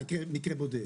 מקרה בודד,